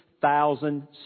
Thousand